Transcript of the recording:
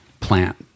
plant